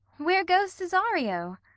where goes cesario?